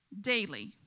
daily